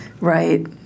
Right